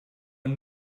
man